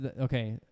Okay